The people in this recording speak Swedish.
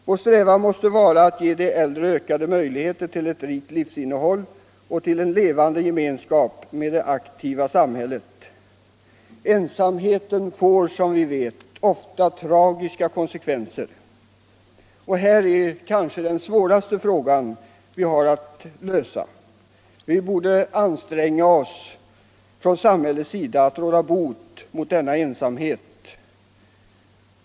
Vår strävan måste vara att ge de äldre ökade möjligheter till ett rikt livsinnehåll och till en levande gemenskap med det aktiva samhältlet. Ensamheten får som vi vet ofta tragiska konsekvenser. Här har vi den kanske svåraste fråga vi har att lösa. Vi borde anstränga oss från samhällets sida att råda bot mot denna ensamhet.